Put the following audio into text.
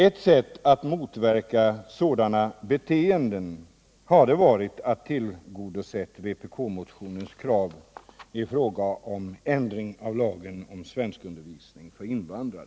Ett sätt att motverka sådana beteenden hade varit att tillgodose vpk:s motionskrav i fråga om ändringar i lagen om svenskundervisning för invandrare.